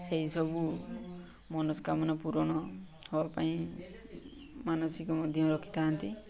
ସେହି ସବୁ ମନସ୍କାମନା ପୂରଣ ହେବା ପାଇଁ ମାନସିକ ମଧ୍ୟ ରଖିଥାନ୍ତି